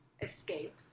escape